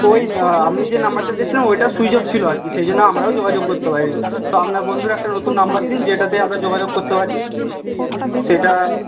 ওই আপনি যে নম্বরটা দিয়েছিলেন ওইটা সুইচ অফ ছিলো আর কি সেই জন্য আমরাও যোগাযোগ করতে পারিনি তো আপনার বন্ধুর একটা নতুন নম্বর দিন যেটাতে আমরা যোগাযোগ করতে পারি সেটা